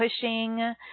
pushing